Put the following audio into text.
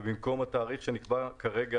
ובמקום התאריך שנקבע כרגע,